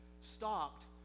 stopped